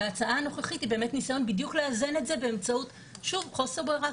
וההצעה הנוכחית היא ניסיון בדיוק לאזן את זה באמצעות חוסר ברירה,